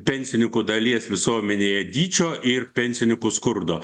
pensinikų dalies visuomenėje dydžio ir pensinikų skurdo